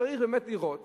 צריך באמת לראות